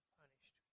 punished